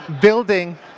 building